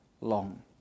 long